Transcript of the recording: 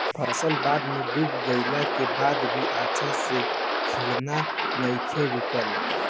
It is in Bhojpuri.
फसल बाढ़ में डूब गइला के बाद भी अच्छा से खिलना नइखे रुकल